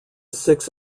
six